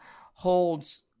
holds